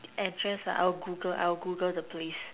address ah I will Google I will Google the place